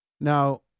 Now